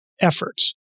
efforts